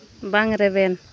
ᱵᱟᱝ ᱨᱮᱵᱮᱱ